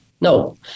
No